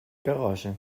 garage